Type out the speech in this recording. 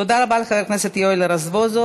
תודה רבה לחבר הכנסת יואל רזבוזוב.